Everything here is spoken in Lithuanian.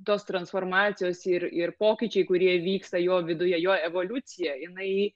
tos transformacijos ir ir pokyčiai kurie vyksta jo viduje jo evoliucija jinai